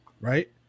Right